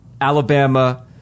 Alabama